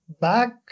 back